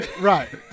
Right